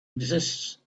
exists